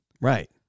Right